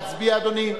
להצביע, אדוני?